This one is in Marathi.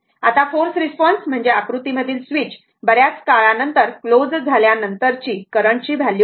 आता फोर्स रिस्पॉन्स म्हणजे आकृती मधील स्विच बऱ्याच काळानंतर क्लोज झाल्यानंतरची करंटची व्हॅल्यू आहे